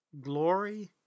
glory